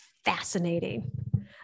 Fascinating